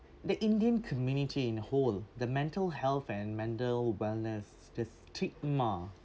the indian community in whole the mental health and mental wellness the stigma